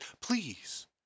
Please